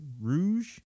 Rouge